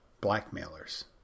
blackmailers